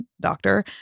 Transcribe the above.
doctor